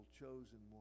chosen